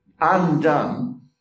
undone